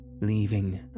leaving